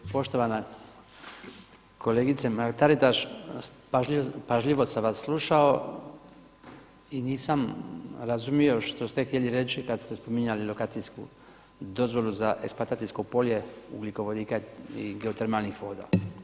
Poštovana kolegice Mrak-Taritaš, pažljivo sam vas slušao i nisam razumio što ste htjeli reći kad ste spominjali lokacijsku dozvolu za eksploatacijsko polje ugljikovodika i geotermalnih voda.